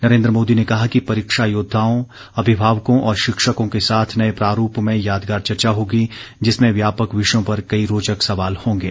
नरेन्द्र मोदी ने कहा कि परीक्षा योद्दाओं अभिभावकों और शिक्षकों के साथ नए प्रारूप में यादगार चर्चा होगी जिसमें व्यापक विषयों पर कई रोचक सवाल होंगे